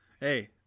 Hey